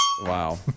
Wow